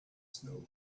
snow